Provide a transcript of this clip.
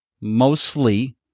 mostly